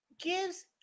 gives